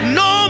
no